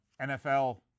NFL